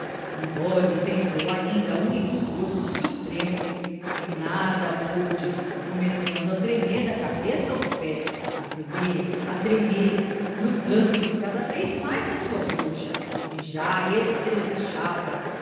pocilga libório tentou ainda um esforço supremo e nada pôde começando a tremer da cabeça aos pés a tremer a tremer grudando se cada vez mais à sua trouxa e já estrebuchava